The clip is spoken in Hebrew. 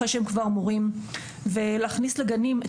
אחרי שהם כבר מורים ולהכניס לגנים את